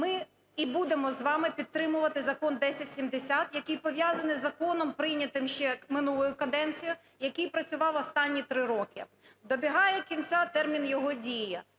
ми і будемо з вами підтримувати Закон 1070, який пов'язаний із законом, прийнятим ще минулою каденцією, який працював останні 3 роки. Добігає кінця термін його дії.